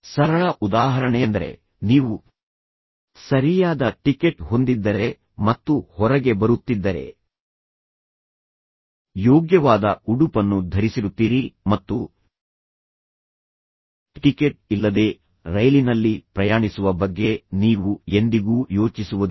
ಸರಳ ಉದಾಹರಣೆಯೆಂದರೆ ನೀವು ಸರಿಯಾದ ಟಿಕೆಟ್ ಹೊಂದಿದ್ದರೆ ಮತ್ತು ಹೊರಗೆ ಬರುತ್ತಿದ್ದರೆ ಯೋಗ್ಯವಾದ ಉಡುಪನ್ನು ಧರಿಸಿರುತ್ತೀರಿ ಮತ್ತು ಟಿಕೆಟ್ ಇಲ್ಲದೆ ರೈಲಿನಲ್ಲಿ ಪ್ರಯಾಣಿಸುವ ಬಗ್ಗೆ ನೀವು ಎಂದಿಗೂ ಯೋಚಿಸುವುದಿಲ್ಲ